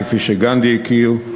כפי שגנדי הכיר,